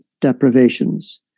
deprivations